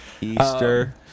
Easter